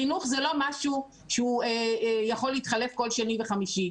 חינוך זה לא משהו שיכול להתחלף כל שני וחמישי.